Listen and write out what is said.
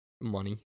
Money